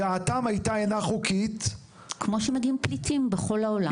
הגעתם הייתה אינה חוקית --- כמו שמגיעים פליטים בכל העולם.